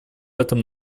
этом